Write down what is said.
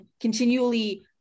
continually